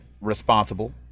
responsible